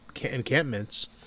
encampments